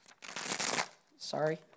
Sorry